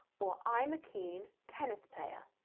or, i'm a keen tennis player.